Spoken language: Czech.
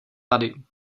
tady